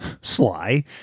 Sly